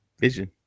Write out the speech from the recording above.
Vision